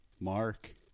Mark